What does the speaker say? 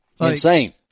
insane